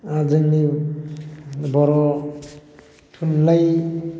जोंनि बर' थुनलाइ